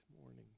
morning